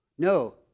No